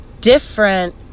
different